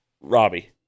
Robbie